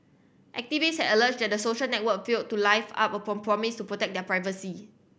activists alleged the social network failed to live up a prom promise to protect their privacy